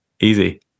Easy